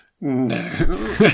No